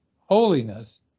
holiness